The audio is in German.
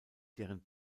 deren